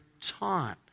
taught